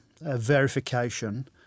verification